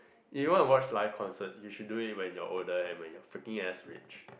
if you want to watch live concerts you should do it when you are older and you are freaking ass rich